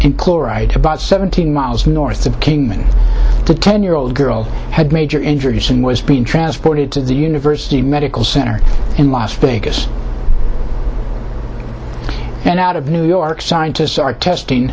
chlorides about seventeen miles north of kingman the ten year old girl had major introducing was being transported to the university medical center in las vegas and out of new york scientists are testing